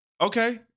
Okay